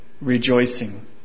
rejoicing